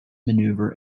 maneuver